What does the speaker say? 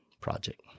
project